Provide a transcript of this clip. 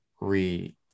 re